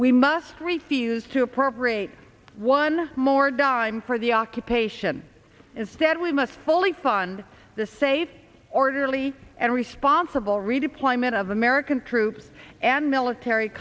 we must rethink used to appropriate one more dime for the occupation instead we must fully fund the save orderly and responsible redeployment of american troops and military